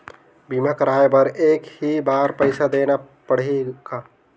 बीमा कराय बर एक ही बार पईसा देना पड़ही का?